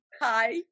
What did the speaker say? Hi